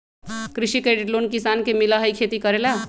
कृषि credit loan किसान के मिलहई खेती करेला?